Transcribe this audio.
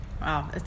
Wow